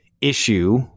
issue